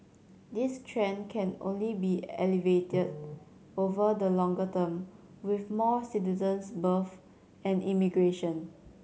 this trend can only be alleviated over the longer term with more citizens births and immigration